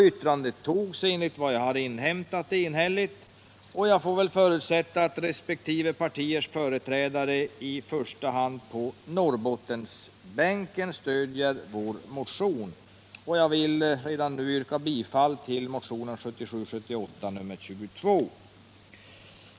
Yttrandet togs, enligt vad jag inhämtat, enhälligt och jag får väl förutsätta att resp. partiers företrädare, i första hand på Norrbottensbänken, stöder vår motion. Jag vill redan nu yrka bifall till motionen 1977/78:22.